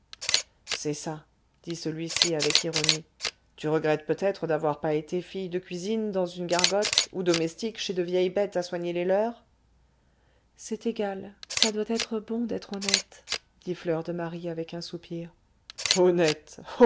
c'est ça dit celui-ci avec ironie tu regrettes peut-être d'avoir pas été fille de cuisine dans une gargote ou domestique chez de vieilles bêtes à soigner les leurs c'est égal ça doit être bon d'être honnête dit fleur de marie avec un soupir honnête